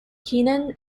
keenan